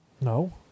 No